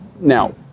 Now